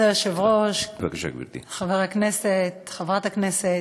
כבוד היושב-ראש, חבר הכנסת, חברת הכנסת,